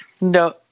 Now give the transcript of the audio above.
No